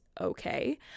okay